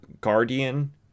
guardian